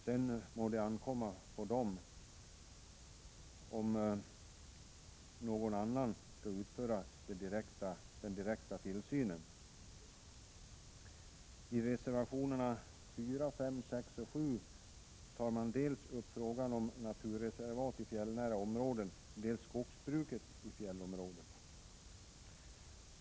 Sedan må det ankomma på verket att avgöra om någon annan skall utöva den direkta tillsynen. I reservationerna 4, 5, 6 och 7 tar reservanterna upp dels frågan om naturreservat i fjällnära områden, dels frågan om skogsbruk i fjällområdet.